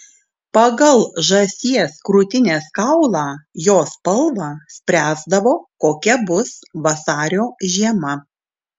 pagal žąsies krūtinės kaulą jo spalvą spręsdavo kokia bus vasario žiema